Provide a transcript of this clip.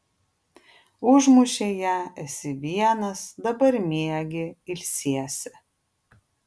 užmušei ją esi vienas dabar miegi ilsiesi